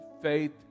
faith